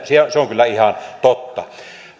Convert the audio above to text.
se on kyllä ihan totta